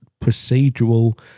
procedural